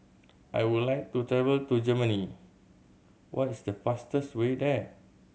I would like to travel to Germany what is the fastest way there